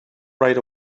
right